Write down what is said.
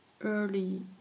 early